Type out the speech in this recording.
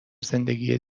زندگی